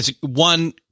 One